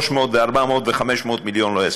300 ו-400 ו-500 מיליון לא יספיקו.